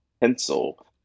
pencil